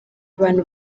abantu